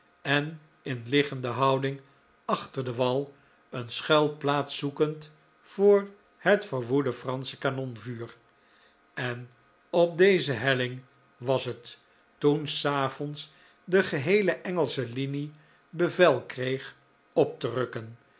en in liggende houding achter den wal een schuilplaats zoekend voor het verwoede fransche kanonvuur en op deze helling was het toen s avonds de geheele engelsche linie bevel kreeg op te rukken